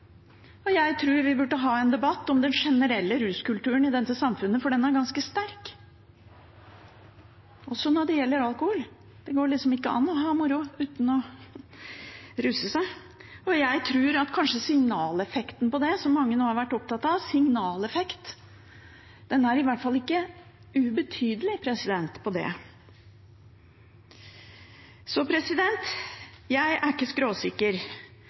og jeg tror vi burde ha en debatt om den generelle ruskulturen i dette samfunnet, for den er ganske sterk, også når det gjelder alkohol. Det går liksom ikke an å ha det moro uten å ruse seg. Jeg tror kanskje at signaleffekten av det, som mange nå har vært opptatt av, i hvert fall ikke er ubetydelig. Jeg er ikke skråsikker på noe annet enn at jeg vet at straff ikke